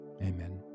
amen